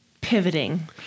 pivoting